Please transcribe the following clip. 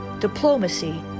diplomacy